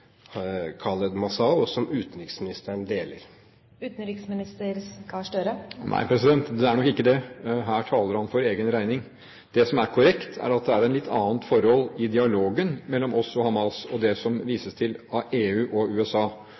Nei, det er nok ikke det. Her taler han for egen regning. Det som er korrekt, er at det er et litt annet forhold i dialogen mellom oss og Hamas og det som vises til av EU og USA.